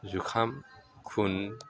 जुखाम खुन